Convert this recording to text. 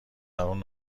درون